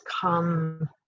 come